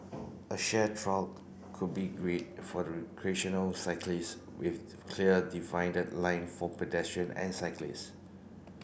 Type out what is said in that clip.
a shared trail would be great for recreational cyclists with clear divided lines for pedestrian and cyclists